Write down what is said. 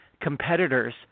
competitors